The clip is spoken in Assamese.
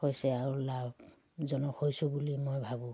হৈছে আৰু লাভজনক হৈছোঁ বুলি মই ভাবোঁ